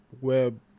web